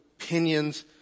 Opinions